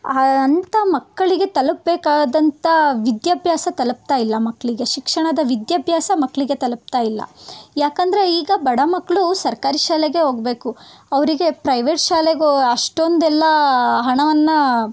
ಅಂಥ ಮಕ್ಕಳಿಗೆ ತಲುಪಬೇಕಾದಂಥ ವಿದ್ಯಾಭ್ಯಾಸ ತಲುಪ್ತಾ ಇಲ್ಲ ಮಕ್ಕಳಿಗೆ ಶಿಕ್ಷಣದ ವಿದ್ಯಾಭ್ಯಾಸ ಮಕ್ಕಳಿಗೆ ತಲುಪ್ತಾ ಇಲ್ಲ ಯಾಕಂದರೆ ಈಗ ಬಡ ಮಕ್ಕಳು ಸರ್ಕಾರಿ ಶಾಲೆಗೆ ಹೋಗ್ಬೇಕು ಅವರಿಗೆ ಪ್ರೈವೇಟ್ ಶಾಲೆಗೋ ಅಷ್ಟೊಂದೆಲ್ಲ ಹಣವನ್ನು